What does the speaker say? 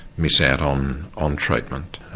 miss out um on treatment.